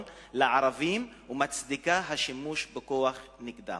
לערבים ומצדיק את השימוש בכוח נגדם.